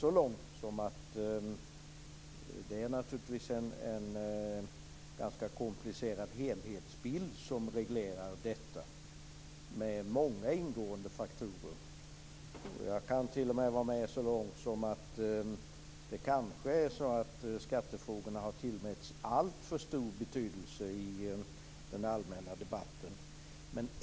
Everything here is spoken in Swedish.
Det är naturligtvis en ganska komplicerad helhetsbild som reglerar detta, med många ingående faktorer. Jag kan t.o.m. vara med så långt som till att det kanske är så att skattefrågorna har tillmätts alltför stor betydelse i den allmänna debatten.